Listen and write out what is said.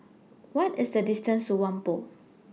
What IS The distance to Whampoa